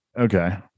Okay